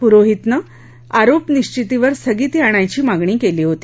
पुरोहितनं आरोप निश्वितीवर स्थगिती आणयची मागणी केली होती